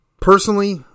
Personally